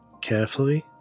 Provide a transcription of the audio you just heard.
carefully